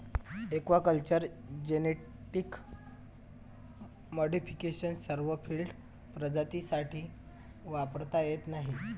aquaculture genetic modification सर्व field प्रजातींसाठी वापरता येत नाही